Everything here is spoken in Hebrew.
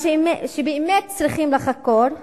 ומה שבאמת צריכים לחקור הוא,